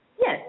Yes